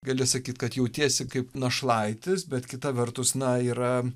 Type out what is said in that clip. gali sakyt kad jautiesi kaip našlaitis bet kita vertus na yra